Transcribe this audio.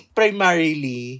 primarily